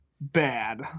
bad